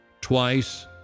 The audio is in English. twice